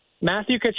Matthew